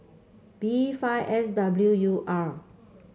B five S W U R